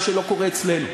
מה שלא קורה אצלנו.